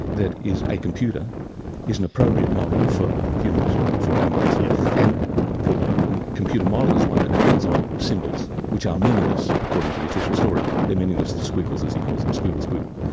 that is a computer is an appropriate model for humans, for our minds yeah and the computer model is one that depends on symbols, which are meaningless according to the official story. they're meaningless squiggles, as he calls them, squiggle, squiggle.